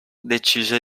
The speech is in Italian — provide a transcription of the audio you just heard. decise